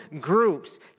groups